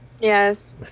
Yes